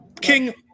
King